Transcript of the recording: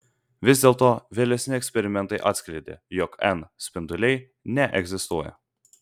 vis dėlto vėlesni eksperimentai atskleidė jog n spinduliai neegzistuoja